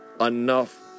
enough